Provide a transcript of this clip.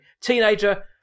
Teenager